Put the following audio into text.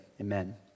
amen